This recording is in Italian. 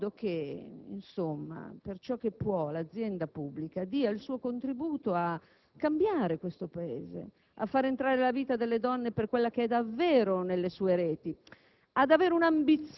facciamo in modo che, per ciò che può, l'azienda pubblica dia il suo contributo a cambiare il Paese, a far entrare la vita delle donne - per quella che è davvero - nelle sue reti,